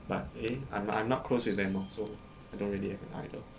but eh I'm I'm not close with them orh so I don't really have an idol